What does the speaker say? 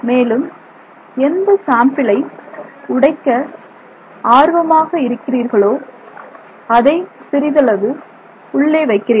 மேலும் எந்த சாம்பிளை உடைக்க ஆர்வமாக இருக்கிறீர்களோ அதை சிறிதளவு உள்ளே வைக்கிறீர்கள்